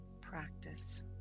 practice